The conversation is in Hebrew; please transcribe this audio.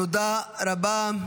תודה רבה.